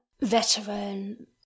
veteran